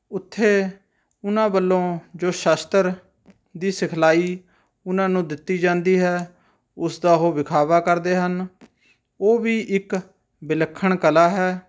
ਉੱਥੇ ਉਹਨਾਂ ਵੱਲੋਂ ਜੋ ਸ਼ਸਤਰ ਦੀ ਸਿਖਲਾਈ ਉਹਨਾਂ ਨੂੰ ਦਿੱਤੀ ਜਾਂਦੀ ਹੈ ਉਸਦਾ ਉਹ ਵਿਖਾਵਾ ਕਰਦੇ ਹਨ ਉਹ ਵੀ ਇੱਕ ਵਿਲੱਖਣ ਕਲਾ ਹੈ